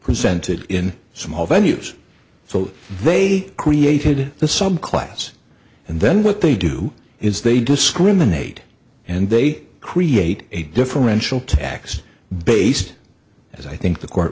presented in small venues so they created this some class and then what they do is they discriminate and they create a differential tax based as i think the court